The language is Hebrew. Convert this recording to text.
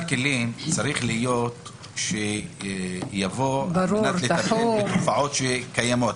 הכלים צריך להיות כזה שמטפל בתופעות שקיימות.